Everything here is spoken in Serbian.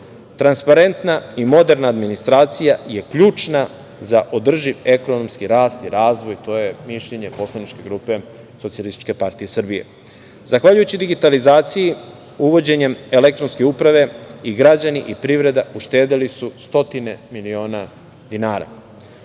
okruženju. Transparentna i moderna administracija je ključna za održiv ekonomski rast i razvoj. To je mišljenje poslaničke grupe Socijalističke partije Srbije. Zahvaljujući digitalizaciji, uvođenjem elektronske uprave i građani i privreda uštedeli su stotine miliona dinara. Ostale